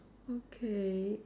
okay